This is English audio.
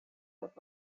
what